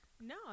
No